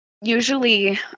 usually